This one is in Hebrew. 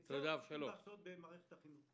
את זה צריך לעשות במערכת החינוך.